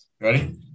Ready